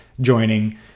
joining